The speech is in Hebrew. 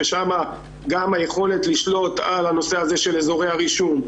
ששם גם היכולת לשלוט על הנושא של אזורי הרישום,